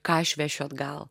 ką aš vešiu atgal